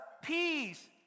peace